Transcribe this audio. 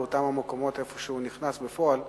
באותם המקומות שבהם הוא נכנס בפועל,